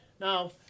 Now